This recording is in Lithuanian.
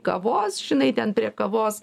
kavos žinai ten prie kavos